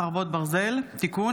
חרבות ברזל) (תיקון),